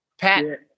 Pat